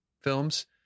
films